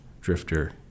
drifter